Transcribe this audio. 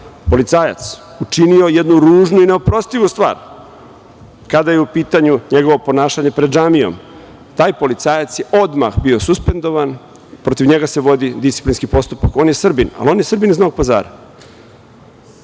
policajac, učinio jednu ružnu i neoprostivu stvar, kada je u pitanju njegovo ponašanje pred džamijom, taj policajac je odmah bio suspendovan, protiv njega se vodi disciplinski postupak. On je Srbin, ali on je Srbin iz Novog Pazara.